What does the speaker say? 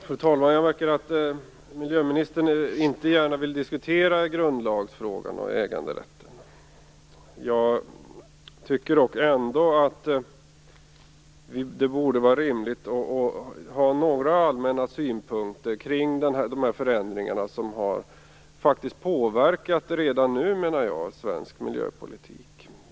Fru talman! Miljöministern vill nu inte gärna diskutera grundlagsfrågan vad gäller äganderätten. Jag tycker dock att det borde vara rimligt med några allmänna synpunkter på de förändringar som jag menar faktiskt redan nu har påverkat svensk miljöpolitik.